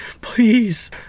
Please